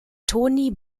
toni